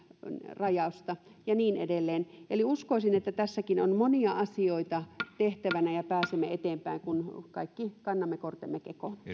rajausta ja niin edelleen eli uskoisin että tässäkin on monia asioita tehtävänä ja pääsemme eteenpäin kun kaikki kannamme kortemme kekoon